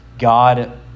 God